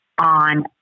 on